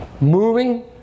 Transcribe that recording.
moving